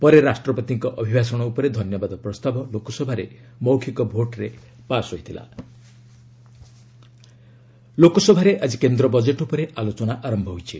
ପରେ ରାଷ୍ଟ୍ରପତିଙ୍କ ଅଭିଭାଷଣ ଉପରେ ଧନ୍ୟବାଦ ପ୍ରସ୍ତାବ ଲୋକସଭାରେ ମୌଖିକ ଭୋଟ୍ରେ ପାସ୍ ହୋଇଥିଲା ଏଲ୍ଏସ୍ ୟୁନିୟନ୍ ବଜେଟ୍ ଲୋକସଭରେ ଆଜି କେନ୍ଦ୍ର ବଜେଟ୍ ଉପରେ ଆଲୋଚନା ଆରମ୍ଭ ହୋଇଛି